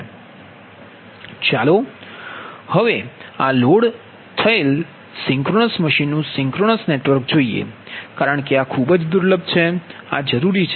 ચાલો હવે આ લોડ થયેલ સિંક્રોનસ મશીનનું સિક્વન્સ નેટવર્ક જોઈએ કારણ કે આ ખૂબ જ દુર્લભ છે આ જરૂરી છે